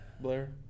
Blair